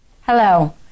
Hello